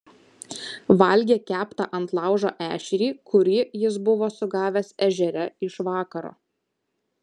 valgė keptą ant laužo ešerį kurį jis buvo sugavęs ežere iš vakaro